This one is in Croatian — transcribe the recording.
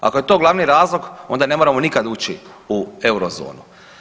Ako je to glavni razlog onda ne moramo nikad ući u eurozonu.